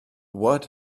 what